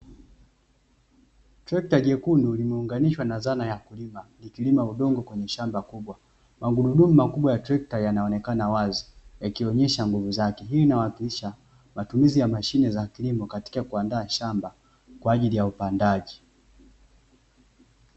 Trekta jekundu limeunganishwa na zana ya kulima, ikilima udongo kwenye shamba kubwa. Magurudumu makubwa ya trekta yanaonekana wazi yakionesha nguvu zake. Hii inawakilisha matumizi ya mashine za kilimo katika kuandaa shamba kwaajili ya upandaji.